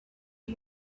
are